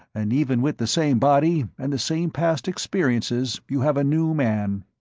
and even with the same body and the same past experiences, you have a new man.